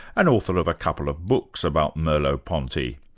and author of a couple of books about merleau-ponty.